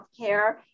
Healthcare